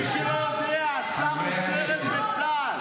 מי שלא יודע, השר הוא סרן בצה"ל.